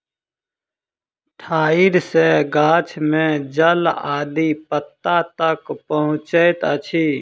ठाइड़ सॅ गाछ में जल आदि पत्ता तक पहुँचैत अछि